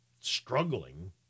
struggling